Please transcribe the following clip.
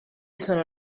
sono